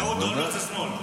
אהוד אולמרט זה שמאל.